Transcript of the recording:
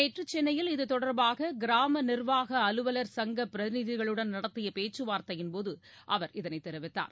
நேற்று சென்னையில் இதுதொடர்பாக கிராம நிர்வாக அலுவலர் சங்க பிரதிநிதிகளுடன் நடத்திய பேச்சுவார்த்தையின்போது அவர் இதனை தெரிவித்தார்